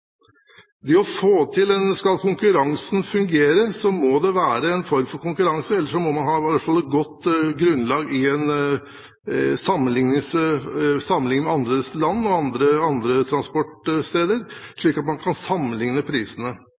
Skal konkurransen fungere, må det være en form for konkurranse, ellers må man i hvert fall ha et godt grunnlag for å kunne sammenlikne prisene med andre land og andre transportsteder. Jeg tror derfor det er det noe av det første man